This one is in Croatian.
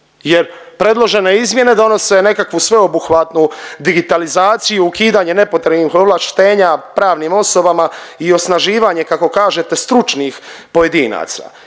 jer predložene izmjene donose nekakvu sveobuhvatnu digitalizaciju, ukidanje nepotrebnih ovlaštenja pravnim osobama i osnaživanje, kako kažete stručnih pojedinaca